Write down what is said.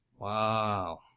Wow